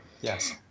Yes